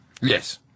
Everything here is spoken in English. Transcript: Yes